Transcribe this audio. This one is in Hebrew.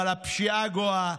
אבל הפשיעה גואה,